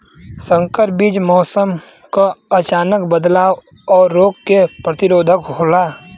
संकर बीज मौसम क अचानक बदलाव और रोग के प्रतिरोधक होला